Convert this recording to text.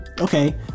okay